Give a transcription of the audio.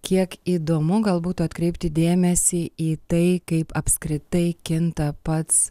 kiek įdomu galbūt atkreipti dėmesį į tai kaip apskritai kinta pats